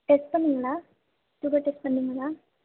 test பண்ணிங்களா sugar test பண்ணிங்களா